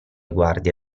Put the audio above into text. guardie